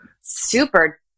super